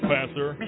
Passer